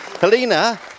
Helena